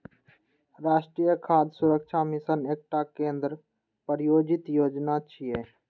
राष्ट्रीय खाद्य सुरक्षा मिशन एकटा केंद्र प्रायोजित योजना छियै